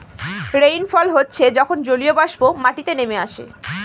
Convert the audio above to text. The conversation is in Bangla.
রেইনফল হচ্ছে যখন জলীয়বাষ্প মাটিতে নেমে আসে